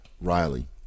Riley